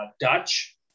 Dutch